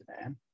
man